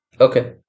Okay